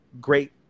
great